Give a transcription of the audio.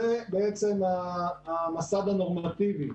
זה בעצם המסד הנורמטיבי.